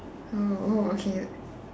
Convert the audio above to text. oh oh okay